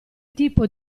tipo